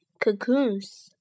cocoons